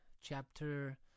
chapter